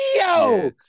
yo